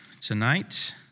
tonight